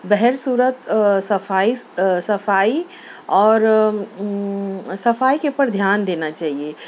بہر صورت صفائی صفائی اور صفائی کے اوپر دھیان دینا چاہیے